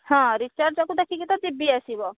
ହଁ ରିଚାର୍ଜକୁ ଦେଖିକି ତ ଜିବି ଆସିବ